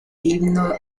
himno